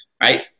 right